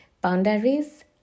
boundaries